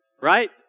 right